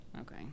okay